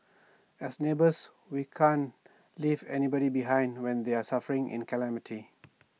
as neighbours we can't leave anybody behind when they're suffering in A calamity